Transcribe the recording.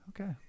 Okay